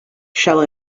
shall